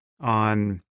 on